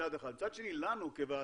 מצד אחד, מצד שני לנו כוועדה